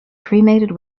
cremated